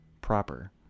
proper